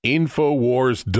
Infowars